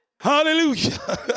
Hallelujah